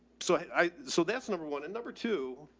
so, i mean so that's number one. and number two,